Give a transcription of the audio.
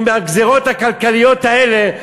עם הגזירות הכלכליות האלה,